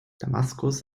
damaskus